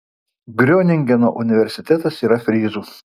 groningeno universitetas yra fryzų